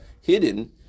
hidden